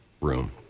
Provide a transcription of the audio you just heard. room